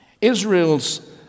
Israel's